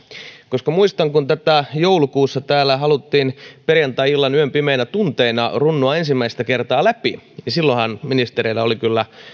muistan että kun joulukuussa täällä haluttiin perjantai illan yön pimeinä tunteina runnoa tätä ensimmäistä kertaa läpi niin silloinhan ministereillä oli